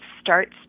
starts